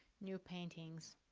new paintings,